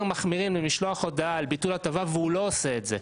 מחמירים למשלוח הודעה על ביטול הטבה והוא לא עושה את זה.